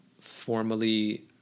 formally